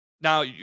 Now